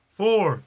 four